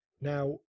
Now